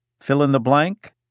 fill-in-the-blank